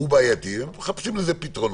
בעייתי מבחינתם והם מחפשים לו פתרונות.